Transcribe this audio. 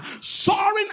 soaring